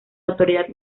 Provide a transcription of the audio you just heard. autoridad